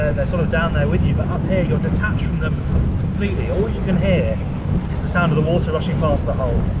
they're sort of down there with you, but up here you're detached from them completely, all you can hear is the sound of the water rushing past the hull.